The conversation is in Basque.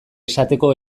esateko